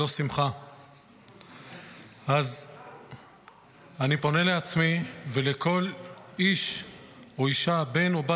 אז אני פונה לעצמי ולכל איש או אישה,